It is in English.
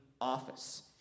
office